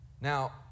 Now